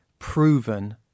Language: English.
proven